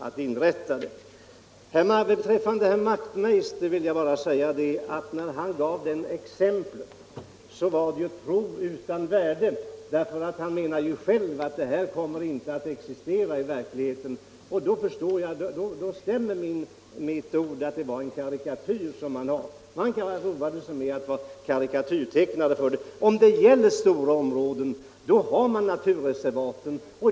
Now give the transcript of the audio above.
Till herr Wachtmeister i Johannishus vill jag bara säga att hans exempel var ett prov utan värde, eftersom han själv sade att detta inte kommer att existera i verkligheten. Och då stämmer ju vad jag sade om att detta är en karikatyr. Om det gäller stora områden har man naturreservat.